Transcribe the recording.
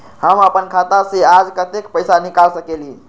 हम अपन खाता से आज कतेक पैसा निकाल सकेली?